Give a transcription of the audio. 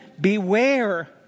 beware